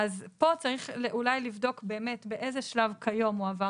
כן אז פה צריך אולי לבדוק באמת באיזה שלב כיום מועבר